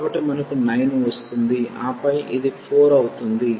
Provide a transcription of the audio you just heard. కాబట్టి మనకు 9 వస్తుంది ఆపై ఇది 4 అవుతుంది